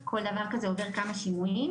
עוד לא הגענו לשלב של דיונים ממש בתת הוועדה ובוועדה,